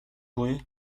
courrier